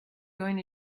going